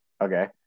Okay